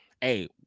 Hey